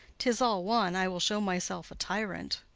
tis all one. i will show myself a tyrant.